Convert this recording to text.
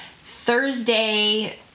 Thursday